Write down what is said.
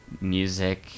music